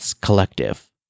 collective